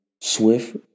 swift